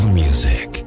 music